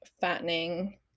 fattening